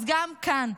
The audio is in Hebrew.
אז גם כאן,